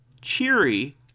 cheery